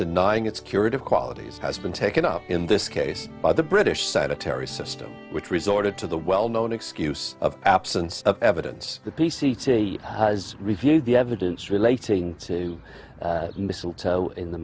denying its curative qualities has been taken up in this case by the british side of terry system which resorted to the well known excuse of absence of evidence the p c t has reviewed the evidence relating to